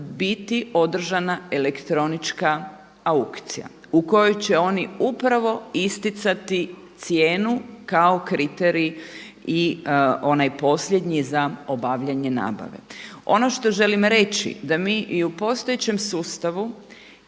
biti održana elektronička aukcija u kojoj će oni upravo isticati cijenu kao kriterij i onaj posljednji za obavljanje nabave. Ono što želim reći da mi i u postojećem sustavu